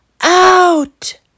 out